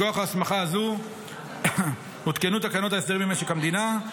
מכוח ההסמכה הזו הותקנו תקנות הסדרים במשק המדינה,